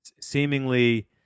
Seemingly